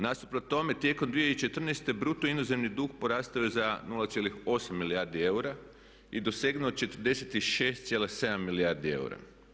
Nasuprot tome tijekom 2014. bruto inozemni dug porastao je za 0,8 milijardi eura i dosegnuo 46,7 milijardi eura.